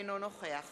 אינו נוכח